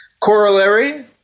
Corollary